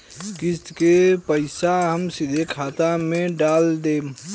किस्त के पईसा हम सीधे खाता में डाल देम?